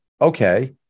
Okay